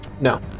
No